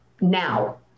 now